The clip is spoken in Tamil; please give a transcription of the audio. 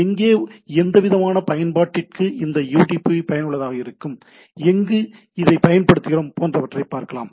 எங்கே எந்தவிதமான பயன்பாட்டிற்கு இந்த யுடிபி பயனுள்ளதாக இருக்கும் எங்கு இதைப் பயன்படுத்துகின்றோம் போன்றவற்றை பார்க்கலாம்